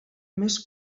més